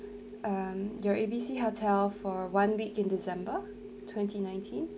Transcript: um your A B C hotel for one week in december twenty nineteen